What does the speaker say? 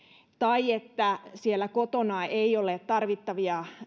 tai jossa siellä kotona ei ole tarvittavia